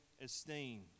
esteem